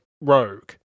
rogue